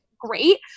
great